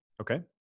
Okay